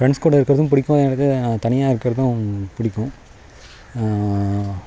friends கூட இருக்கிறதும் பிடிக்கும் எனக்கு தனியா இருக்கிறதும் பிடிக்கும்